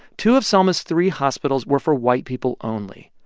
two of selma's three hospitals were for white people only.